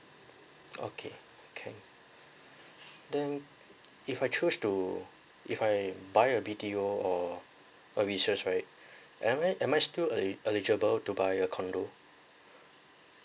okay can then if I choose to if I buy a B_T_O or a resale right am I am I still eli~ eligible to buy a condo